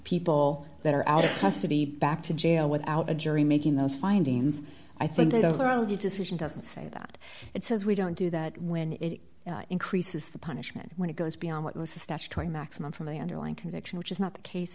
people that are our custody back to jail without a jury making those findings i think that a lot of the decision doesn't say that it says we don't do that when it increases the punishment when it goes beyond what was the statutory maximum from the underlying conviction which is not the case